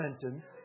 sentence